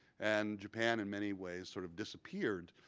and japan, in many ways, sort of disappeared